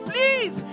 Please